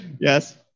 yes